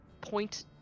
point